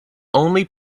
only